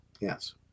Yes